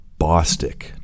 Bostick